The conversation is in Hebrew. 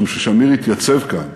משום ששמיר התייצב כאן